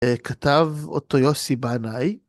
כתב אותו יוסי בנאי.